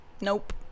nope